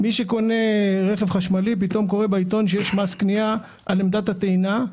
מי שקונה רכב חשמלי פתאום קורא בעיתון שיש מס קנייה על עמדת הטעינה,